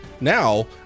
Now